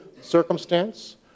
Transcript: circumstance